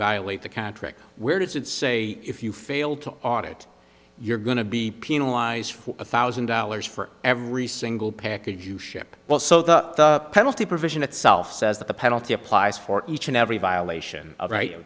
violate the contract where does it say if you fail to art it you're going to be penalized for a thousand dollars for every single package you ship well so the penalty provision itself says that the penalty applies for each and every violation of right